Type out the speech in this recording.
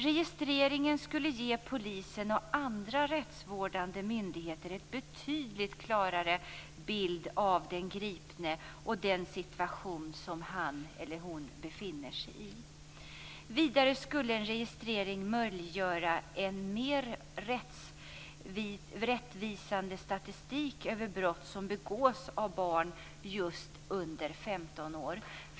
Registreringen skulle ge polisen och andra rättsvårdande myndigheter en betydligt klarare bild av den gripne och den situation som han eller hon befinner sig i. Vidare skulle en registrering möjliggöra en mer rättvisande statistik över brott som begås av barn just under 15 år.